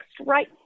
right